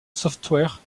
software